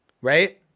right